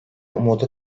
umudu